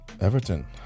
Everton